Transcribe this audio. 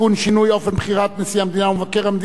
שינוי אופן בחירת נשיא המדינה ומבקר המדינה)